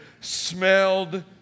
smelled